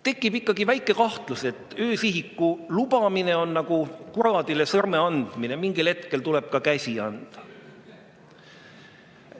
Tekib ikkagi väike kahtlus, et öösihiku lubamine on nagu kuradile sõrme andmine. Mingil hetkel tuleb ka käsi anda.